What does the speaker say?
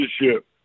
leadership